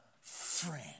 friend